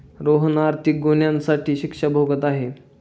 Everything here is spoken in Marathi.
रोहन आर्थिक गुन्ह्यासाठी शिक्षा भोगत आहे